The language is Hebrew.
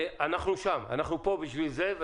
אנחנו פה בשביל זה.